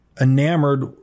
enamored